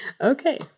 Okay